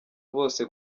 bose